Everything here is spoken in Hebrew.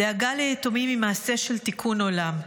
דאגה ליתומים היא מעשה של תיקון עולם,